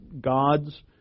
gods